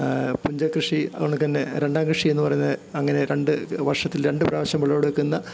പുഞ്ചക്കൃഷി അത് കണക്കന്നെ രണ്ടാം കൃഷിയെന്ന് പറയുന്ന അങ്ങനെ രണ്ട് വർഷത്തിൽ രണ്ട് പ്രാവശ്യം വിളവെടുക്കുന്ന